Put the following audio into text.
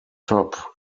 top